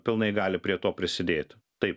pilnai gali prie to prisidėti taip